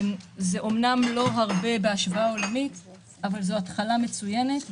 זה אמנם לא הרבה בהשוואה עולמית אבל זה התחלה מצוינת.